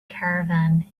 caravan